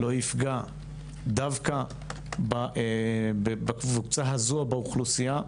שהוא לא יפגע דווקא בקבוצה הזו ובאוכלוסייה,